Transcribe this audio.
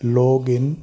login